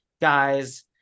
guys